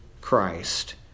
Christ